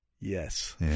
yes